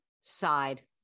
side